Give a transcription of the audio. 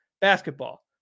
basketball